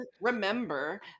remember